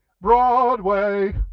Broadway